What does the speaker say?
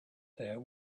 there